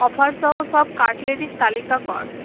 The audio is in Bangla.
অফার সহ সব কাটলেরির তালিকা কর